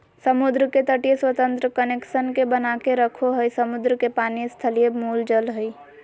समुद्र के तटीय स्वतंत्र कनेक्शन के बनाके रखो हइ, समुद्र के पानी स्थलीय मूल जल हइ